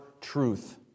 truth